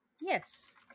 Yes